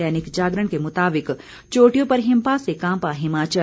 दैनिक जागरण के मुताबिक चोटियों पर हिमपात से कांपा हिमाचल